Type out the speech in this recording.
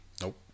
Nope